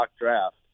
draft